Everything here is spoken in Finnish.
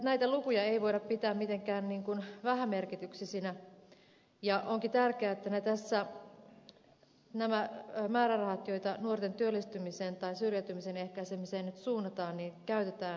näitä lukuja ei voida pitää mitenkään vähämerkityksisinä ja onkin tärkeää että nämä määrärahat joita nuorten työllistymiseen tai syrjäytymisen ehkäisemiseen nyt suunnataan käytetään oikein